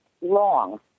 long